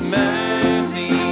mercy